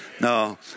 No